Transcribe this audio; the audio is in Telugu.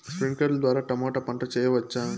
స్ప్రింక్లర్లు ద్వారా టమోటా పంట చేయవచ్చా?